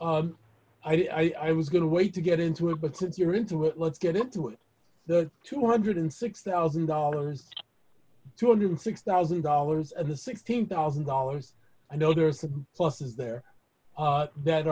so i was going to wait to get into it but since you're into it let's get into the two hundred and six thousand dollars two hundred and six thousand dollars and the sixteen thousand dollars i know there's pluses there that